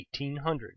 1800